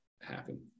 happen